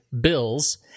bills